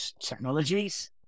Technologies